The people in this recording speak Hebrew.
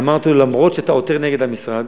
אמרתי לו: למרות שאתה עותר נגד המשרד,